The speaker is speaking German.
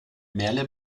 merle